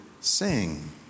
sing